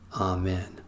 Amen